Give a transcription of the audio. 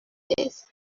this